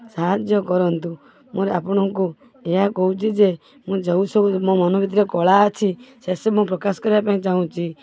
ସାହାଯ୍ୟ କରନ୍ତୁ ମୋର ଆପଣଙ୍କୁ ଏହା କହୁଛି ଯେ ମୁଁ ଯେଉଁସବୁ ମୋ ମନ ଭିତରେ କଳା ଅଛି ସେସବୁ ପ୍ରକାଶ କରିବା ପାଇଁ ଚାହୁଁଛି